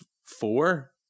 Four